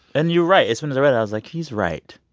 and you're right. as soon as i read, it i was like, he's right.